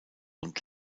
und